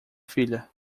filha